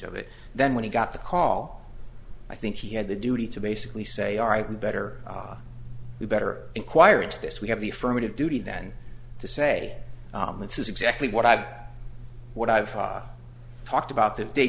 of it then when he got the call i think he had the duty to basically say all right we better we better inquire into this we have the affirmative duty then to say this is exactly what i've what i've talked about the da